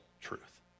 truth